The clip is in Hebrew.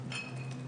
רק